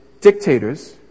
dictators